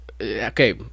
okay